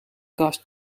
kast